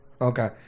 Okay